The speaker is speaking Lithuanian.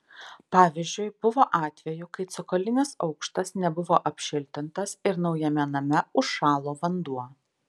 pavyzdžiui buvo atvejų kai cokolinis aukštas nebuvo apšiltintas ir naujame name užšalo vanduo